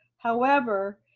however,